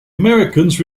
americans